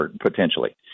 potentially